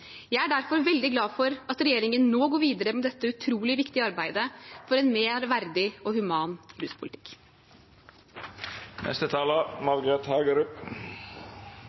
Jeg er derfor veldig glad for at regjeringen nå går videre med dette utrolig viktige arbeidet for en mer verdig og human